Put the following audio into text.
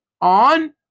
On